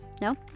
No